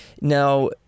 now